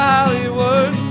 Hollywood